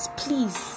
please